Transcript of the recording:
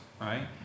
right